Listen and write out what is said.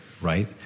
right